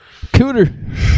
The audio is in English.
Cooter